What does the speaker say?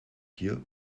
hier